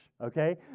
okay